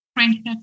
Friendship